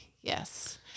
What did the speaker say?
yes